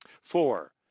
Four